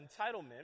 entitlement